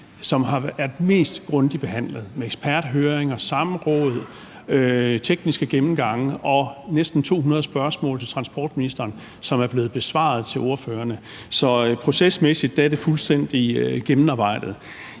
været mest grundigt behandlet med eksperthøringer, samråd, tekniske gennemgange og næsten 200 spørgsmål til transportministeren, som er blevet besvaret til ordførerne. Så procesmæssigt er det fuldstændig gennemarbejdet.